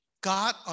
God